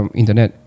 internet